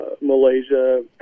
Malaysia